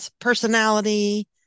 personality